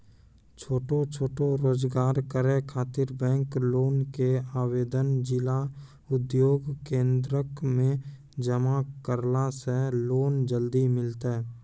छोटो छोटो रोजगार करै ख़ातिर बैंक लोन के आवेदन जिला उद्योग केन्द्रऽक मे जमा करला से लोन जल्दी मिलतै?